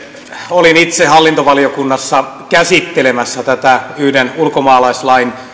olin itse hallintovaliokunnassa käsittelemässä tämän yhden ulkomaalaislain